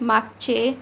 मागचे